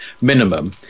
minimum